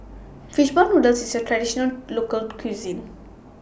Fish Ball Noodles IS A Traditional Local Cuisine